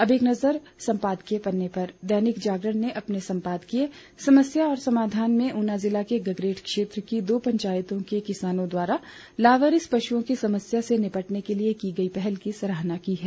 अब एक नज़र सम्पादकीय पन्ने पर दैनिक जागरण ने अपने संपादकीय समस्या और समाधान में ऊना जिले के गगरेट क्षेत्र की दो पंचायतों के किसानों द्वारा लावारिश पशुओं की समस्या से निपटने के लिए की गई पहल की सराहना की है